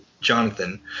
Jonathan